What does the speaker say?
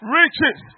riches